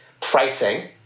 pricing